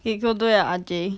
eh go do your R J